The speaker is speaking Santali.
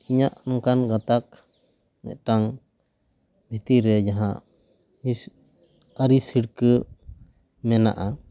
ᱤᱧᱟᱹᱜ ᱚᱱᱠᱟᱱ ᱜᱟᱛᱟᱠ ᱢᱤᱫᱴᱟᱱ ᱵᱷᱤᱛᱤᱨ ᱨᱮ ᱡᱟᱦᱟᱸ ᱟᱹᱲᱤᱥ ᱦᱤᱨᱠᱟᱹ ᱢᱮᱱᱟᱜᱼᱟ